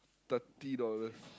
thirty dollars